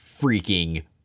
freaking